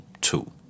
two